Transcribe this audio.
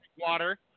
water